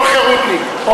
כל חרותניק.